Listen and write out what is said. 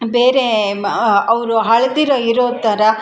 ಬೇರೆ ಮ ಅವರು ಅಳ್ದಿರೋ ಇರೋ ಥರ